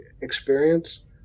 experience